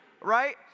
right